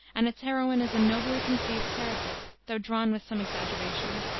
and its heroine is a nobly conceived character, though drawn with some exaggeration.